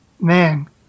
man